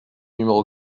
numéro